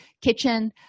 kitchen